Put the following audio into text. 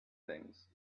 things